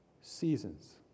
seasons